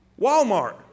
Walmart